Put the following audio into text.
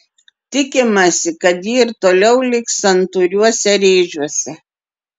tikimasi kad ji ir toliau liks santūriuose rėžiuose